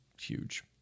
huge